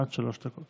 עד שלוש דקות.